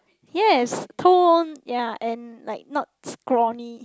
yes tone ya and like not scrawny